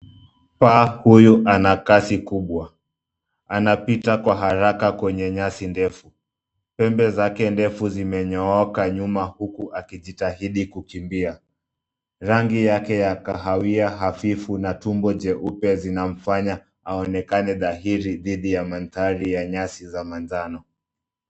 Paa huyu ana kasi kubwa. Anapita kwa haraka kwenye nyasi ndefu. Pembe zake ndefu zimenyooka nyuma huku akijitahidi kukimbia. Rangi yake ya kahawia hafifu na tumbo jeupe zinamfanya aonekane dhahiri dhidi ya mandhari ya nyasi za manjano.